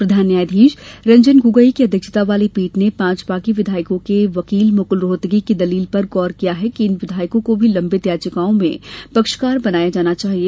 प्रधान न्यायाधीश रंजन गोगोई की अध्यक्षता वाली पीठ ने पांच बागी विधायकों के वकील मुकुल रोहतगी की दलील पर गौर किया कि इन विधायकों को भी लम्बित याचिकाओं में पक्षकार बनाया जाना चाहिए